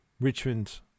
Richmond